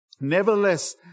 Nevertheless